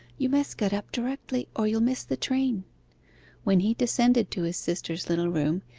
you must get up directly, or you'll miss the train when he descended to his sister's little room,